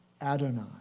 Adonai